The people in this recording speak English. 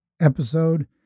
episode